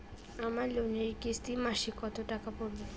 আমার লোনের কিস্তি মাসিক কত টাকা পড়বে?